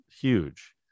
huge